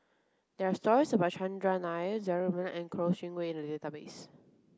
there are stories about Chandran Nair Zaqy Mohamad and Kouo Shang Wei in the database